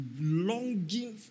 longing